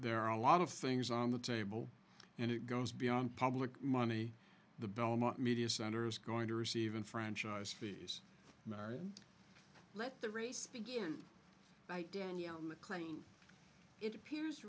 there are a lot of things on the table and it goes beyond public money the belmont media center is going to receive in franchise fees martin let the race begin by danielle mclean it appears